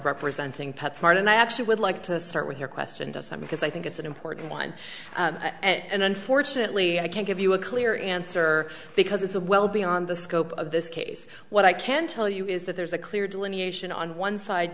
representing pet smart and i actually would like to start with your question doesn't because i think it's an important one and unfortunately i can't give you a clear answer because it's a well beyond the scope of this case what i can tell you is that there's a clear delineation on one side